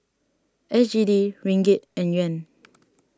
S G D Ringgit and Yuan